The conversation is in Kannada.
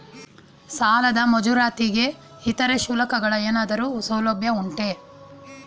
ಸಾಲದ ಮಂಜೂರಾತಿಗೆ ಇತರೆ ಶುಲ್ಕಗಳ ಏನಾದರೂ ಸೌಲಭ್ಯ ಉಂಟೆ?